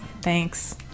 Thanks